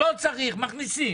צריך, לא צריך, מכניסים.